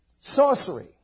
sorcery